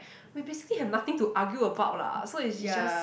we basically have nothing to argue about lah so it's it's just